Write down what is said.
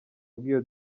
bw’iyo